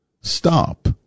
stop